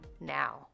now